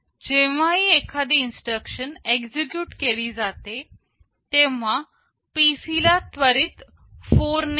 जेव्हाही एखादी instruction execute केली जाते तेव्हा PC ला त्वरित 4 ने वाढवले जाते